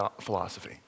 philosophy